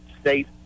State